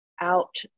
out